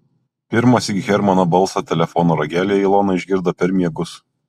pirmąsyk hermano balsą telefono ragelyje ilona išgirdo per miegus